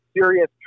serious